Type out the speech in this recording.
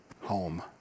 home